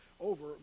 Over